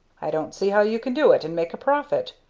i don't see how you can do it, and make a profit,